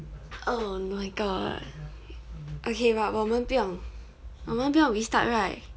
oh my god okay but 我们不用我们不用 restart right